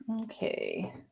Okay